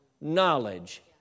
knowledge